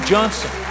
Johnson